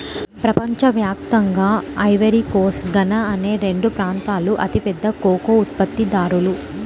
ప్రపంచ వ్యాప్తంగా Ivory Coast, Ghana అనే రెండు ప్రాంతాలూ అతిపెద్ద కోకో ఉత్పత్తిదారులు